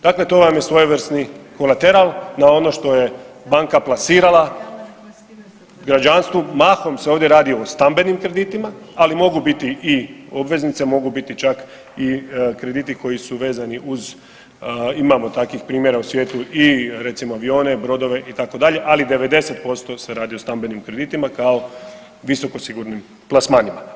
Dakle, to vam je svojevrsni kolateral na ono što je banka plasirala građanstvu mahom se ovdje radi o stambenim kreditima, ali mogu biti i obveznice, mogu biti čak i krediti koji su vezani uz imamo takvih primjera u svijetu i recimo avione, brodove itd. ali 90% se radi o stambenim kreditima kao visoko sigurnim plasmanima.